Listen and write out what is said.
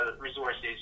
resources